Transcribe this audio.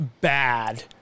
bad